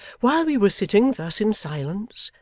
while we were sitting thus in silence,